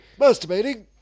masturbating